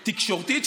שתקשורתית,